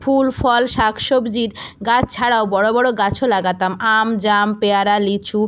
ফুল ফল শাক সবজির গাছ ছাড়াও বড় বড় গাছও লাগাতাম আম জাম পেয়ারা লিচু